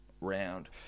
round